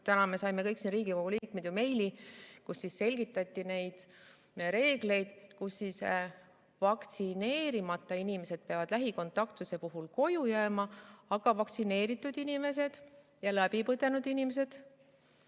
täna said ju kõik Riigikogu liikmed meili, milles selgitati reegleid, et vaktsineerimata inimesed peavad lähikontaktsuse puhul koju jääma, aga vaktsineeritud inimesed ja läbipõdenud inimesed,